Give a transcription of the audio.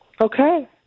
Okay